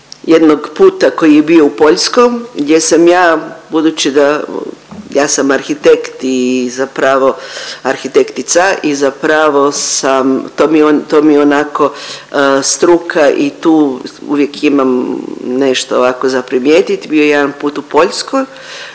jednog puta koji je bio u Poljsku gdje sam ja, budući da ja sam arhitekt i zapravo arhitektica i zapravo sam to mi je onako struka i tu uvijek imam nešto ovako za primijetiti, bio je jedan put u Poljsku